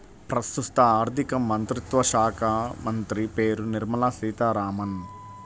ప్రస్తుత ఆర్థికమంత్రిత్వ శాఖామంత్రి పేరు నిర్మల సీతారామన్